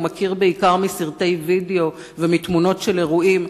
הוא מכיר בעיקר מסרטי וידיאו ומתמונות של אירועים.